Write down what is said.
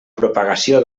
propagació